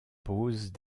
posent